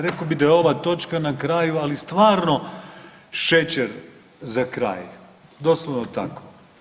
Rekao bih da je ova točka na kraju ali stvarno šećer za kraj doslovno tako.